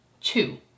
Two